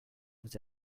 vous